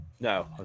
No